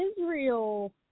Israel